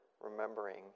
remembering